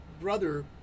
brother